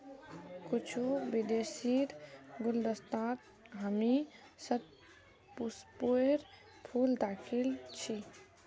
कुछू विदेशीर गुलदस्तात हामी शतपुष्पेर फूल दखिल छि